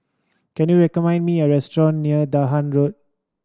can you recommend me a restaurant near Dahan Road